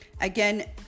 Again